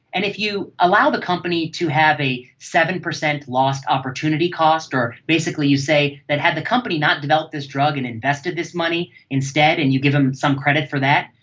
and if you allow the company to have a seven percent lost opportunity cost or basically you say that had the company not developed this drug and invested this money instead and you give them some credit for that,